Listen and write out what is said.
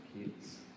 kids